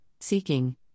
seeking